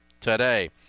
today